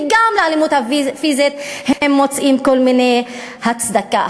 וגם לאלימות הפיזית הם מוצאים כל מיני הצדקות.